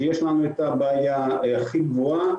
ששם יש לנו את הבעיה הכי גבוהה,